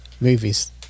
movies